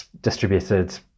distributed